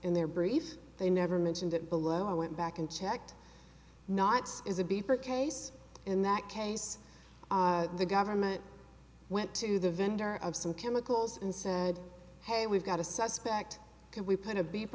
in their brief they never mentioned it below i went back and checked nots is a beeper case in that case the government went to the vendor of some chemicals and said hey we've got a suspect can we put a